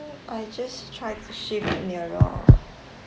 I just try to shift nearer or